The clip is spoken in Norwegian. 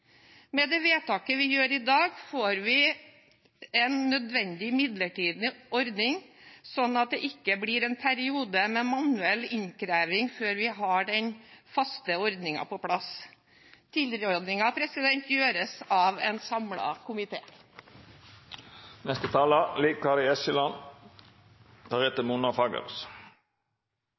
Med det vedtaket vi gjør i dag, får vi en nødvendig midlertidig ordning, sånn at det ikke blir en periode med manuell innkreving før vi har den faste ordningen på plass. Tilrådingen gjøres av en